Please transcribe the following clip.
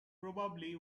probably